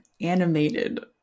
animated